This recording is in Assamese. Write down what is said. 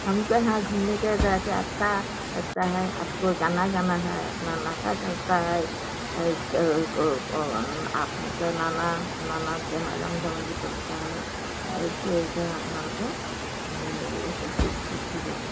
হ'মক' য়'হা আচ্ছা লাগ্তা হেঁ আপক' গানা গানা হেঁ আপনা নাচা কৰতা হেঁ নানা নানা ধেম ৰং ধেমালি কৰতা হেঁ ইছলিএ আপোনালোকে এই ফূৰ্তি পাব